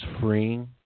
freeing